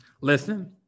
Listen